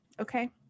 okay